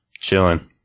chilling